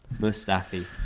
Mustafi